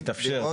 יתאפשר.